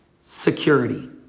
Security